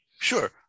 Sure